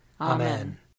Amen